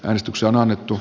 äänestyksen annettu